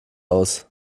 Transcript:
aus